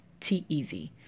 TEV